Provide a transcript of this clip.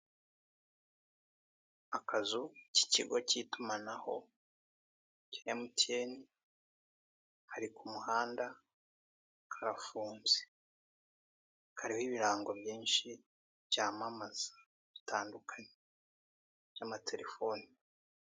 Akazu k'ikigo cy'itumanaho cya emutiyeni, kari ku muhanda karafunze; kariho ibirango byinshi byamamaza bitandukanye by'amatelefone.